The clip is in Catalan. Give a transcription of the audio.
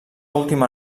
última